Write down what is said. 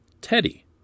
Teddy